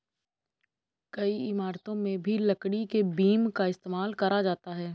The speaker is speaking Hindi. कई इमारतों में भी लकड़ी के बीम का इस्तेमाल करा जाता है